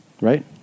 right